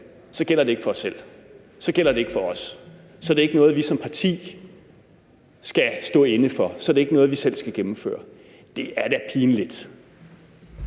gælder det ikke for os selv. Det gælder ikke for os. Det er ikke noget, vi som parti skal stå inde for. Det er ikke noget, vi selv skal gennemføre. Det er da pinligt.